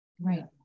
Right